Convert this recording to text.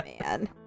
man